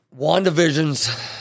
WandaVision's